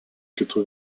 kitų